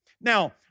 Now